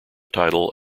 title